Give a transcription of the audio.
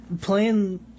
playing